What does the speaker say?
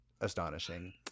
astonishing